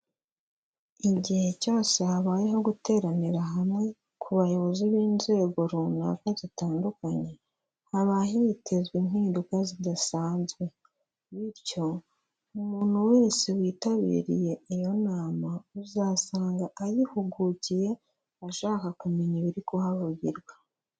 Igihe cyose habayeho guteranira hamwe ku bayobozi b'inzego runaka zitandukanye, haba hitezwe impinduka zidasanzwe, bityo umuntu wese witabiriye iyo nama uzasanga ayihugukiye ashaka kumenya ibiri kuhavugirwa.